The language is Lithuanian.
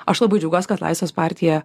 aš labai džiaugiuos kad laisvės partija